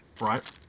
right